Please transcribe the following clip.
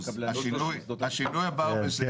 יש ניגוד אינטרסים בהיותכם חלק מהוועדה.